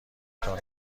تان